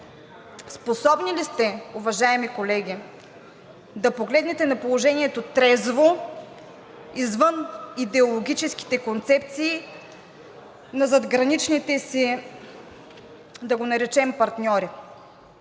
способни ли сте, уважаеми колеги, да погледнете на положението трезво, извън идеологическите концепции на задграничните си, да го наречем, партньори?